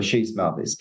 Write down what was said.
šiais metais